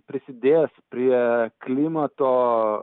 prisidės prie klimato